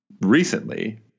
recently